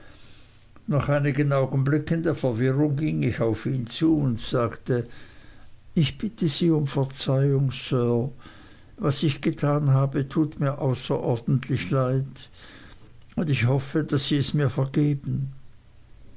nach einigen augenblicken verwirrung ging ich auf ihn zu und sagte ich bitte sie um verzeihung sir was ich getan habe tut mir außerordentlich leid und ich hoffe daß sie es mir vergeben